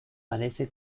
parece